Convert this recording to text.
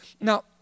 Now